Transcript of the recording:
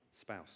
spouse